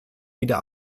wieder